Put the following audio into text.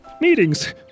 meetings